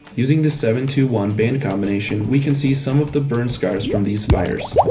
using the seven two one band combination we can see some of the burn scars from these fires.